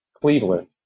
Cleveland